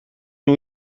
nhw